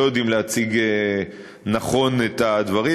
לא יודעים להציג נכון את הדברים,